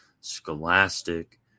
scholastic